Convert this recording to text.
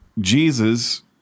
Jesus